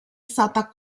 stata